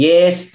Yes